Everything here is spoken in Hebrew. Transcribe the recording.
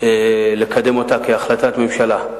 לקדם אותה כהחלטת ממשלה,